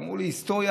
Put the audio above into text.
שההיסטוריה,